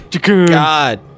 God